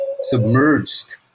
submerged